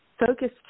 focus